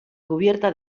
cubierta